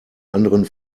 anderen